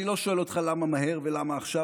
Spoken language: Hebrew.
אני לא שואל אותך למה מהר ולמה עכשיו,